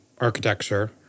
architecture